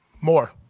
More